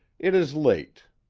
it is late.